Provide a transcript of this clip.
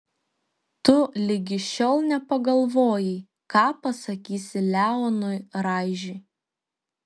tu ligi šiol nepagalvojai ką pasakysi leonui raižiui